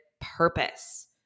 purpose